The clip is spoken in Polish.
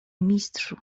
mistrzu